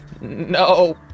No